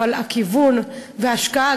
אבל הכיוון וההשקעה,